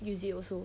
use it also